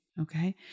Okay